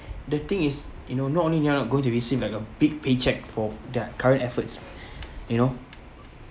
the thing is you know not only you are not going to be seem like a big paycheck for their current efforts you know